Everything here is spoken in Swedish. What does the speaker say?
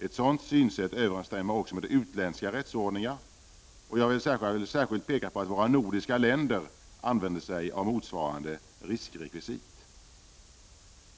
Ett sådant synsätt överensstämmer också med utländska rättsordningar. Jag vill särskilt peka på att våra nordiska länder använder sig av motsvarande riskrekvisit.